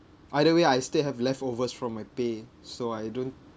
either way I still have leftovers from my pay so I don't